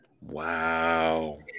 Wow